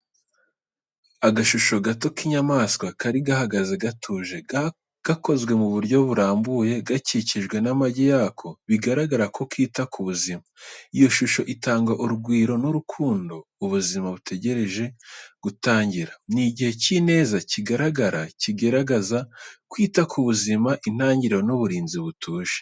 Agashusho gato k’inyamaswa kari gahagaze gatuje, gakozwe mu buryo burambuye, gakikijwe n'amagi yako, bigaragara ko kita ku buzima. Iyo shusho itanga urugwiro n’urukundo, ubuzima butegereje gutangira. Ni igihe cy’ineza kigaragara, kigaragaza kwita ku buzima, intangiriro n’uburinzi butuje.